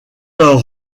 leurs